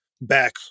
back